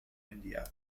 india